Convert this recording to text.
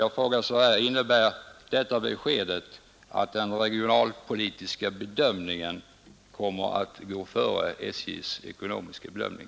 Jag frågar: Innebär detta besked att den regionalpolitiska bedömningen kommer att gå före SJ:s ekonomiska bedömning?